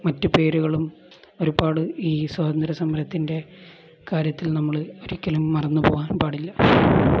മറ്റു പേരുകളും ഒരുപാട് ഈ സ്വാതന്ത്ര്യ സമരത്തിൻ്റെ കാര്യത്തിൽ നമ്മള് ഒരിക്കലും മറന്നുപോകാൻ പാടില്ല